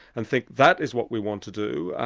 and think that is what we want to do.